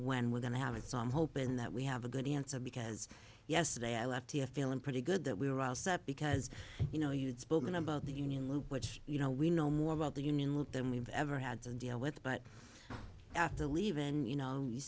when we're going to have it's own hope and that we have a good answer because yesterday i left feeling pretty good that we were all set because you know you'd spoken about the union loop which you know we know more about the union look than we've ever had to deal with but after leaving and you know you